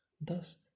Thus